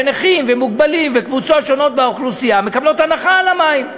שנכים ומוגבלים וקבוצות שונות באוכלוסייה מקבלים הנחה על המים.